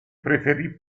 preferì